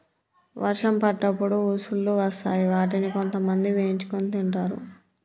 వర్షం పడ్డప్పుడు ఉసుల్లు వస్తాయ్ వాటిని కొంతమంది వేయించుకొని తింటరు